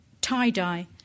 tie-dye